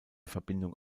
verbindung